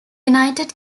united